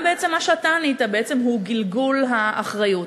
גם מה שאתה ענית הוא גלגול האחריות.